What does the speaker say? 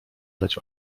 dać